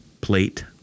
plate